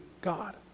God